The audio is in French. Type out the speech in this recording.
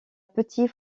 petit